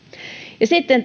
ja sitten